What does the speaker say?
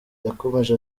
yakomeje